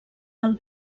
del